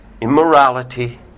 immorality